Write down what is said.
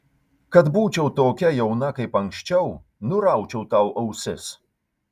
kad būčiau tokia jauna kaip anksčiau nuraučiau tau ausis